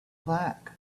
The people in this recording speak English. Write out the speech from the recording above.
black